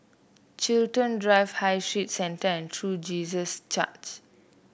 Chiltern Drive High Street Centre and True Jesus Church